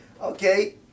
okay